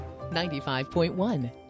95.1